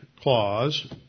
clause